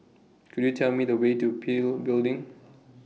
Could YOU Tell Me The Way to PIL Building